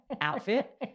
outfit